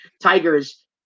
Tigers